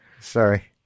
sorry